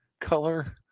color